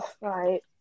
right